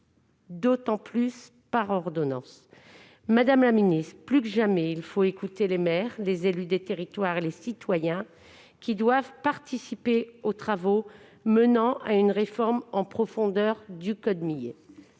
initiative, par ordonnance. Madame la ministre, plus que jamais, il faut écouter les maires, les élus des territoires et les citoyens, qui doivent participer aux travaux menant à une réforme en profondeur du code minier.